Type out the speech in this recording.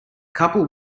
couple